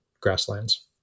grasslands